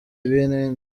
n’ibindi